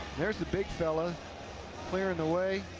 there's the big fella clearing the way.